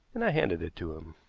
and i handed it to him.